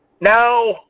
Now